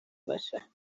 باشه